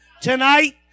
Tonight